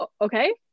okay